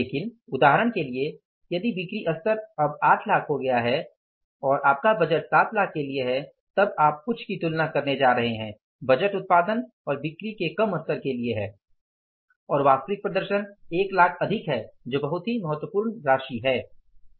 लेकिन उदाहरण के लिए यदि बिक्री स्तर अब 8 लाख हो गया है और आपका बजट 7 लाख के लिए है तब आप कुछ की तुलना करने जा रहे हैं बजट उत्पादन और बिक्री के कम स्तर के लिए है और वास्तविक प्रदर्शन 1 लाख अधिक है जो बहुत ही महत्वपूर्ण राशि है